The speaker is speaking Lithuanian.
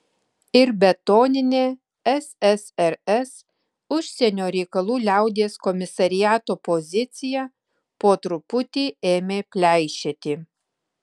ir betoninė ssrs užsienio reikalų liaudies komisariato pozicija po truputį ėmė pleišėti